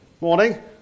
morning